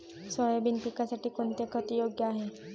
Soybean पिकासाठी कोणते खत योग्य आहे?